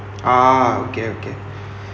ah okay okay